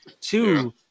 Two